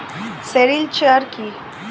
Sericulture কি?